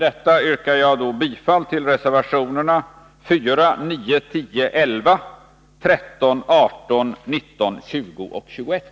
Jag yrkar bifall till reservationerna 4, 9, 10, 11, 13, 18, 19, 20 och 21.